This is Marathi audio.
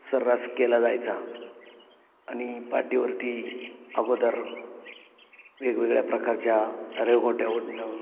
सर्रास केला जायचा आणि पाटीवरती अगोदर वेगवेगळ्या प्रकारच्या रेघोट्या ओढणं